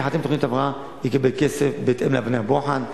אם תיחתם תוכנית הבראה היא תקבל כסף בהתאם לאבני הבוחן.